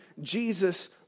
Jesus